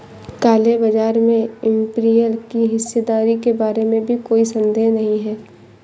काले बाजार में इंपीरियल की हिस्सेदारी के बारे में भी कोई संदेह नहीं है